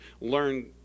learn